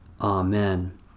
Amen